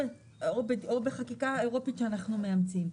או בחקיקה אירופית שאנחנו מאמצים.